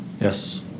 Yes